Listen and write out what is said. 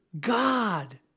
God